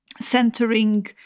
centering